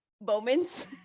moments